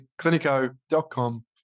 clinico.com